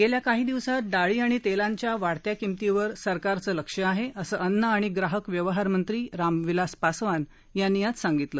गेल्या काही दिवसांत डाळी आणि तेलांच्या वाढत्या किमतींवर सरकारचं लक्ष आहे असं अन्न आणि ग्राहक व्यवहार मंत्री रामविलास पासवान यांनी आज सांगितलं